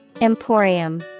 Emporium